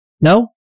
No